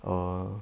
err